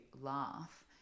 laugh